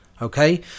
Okay